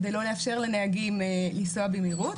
כדי לא לאפשר לנהגים לנסוע במהירות.